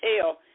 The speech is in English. tell